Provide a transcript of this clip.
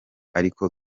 ariko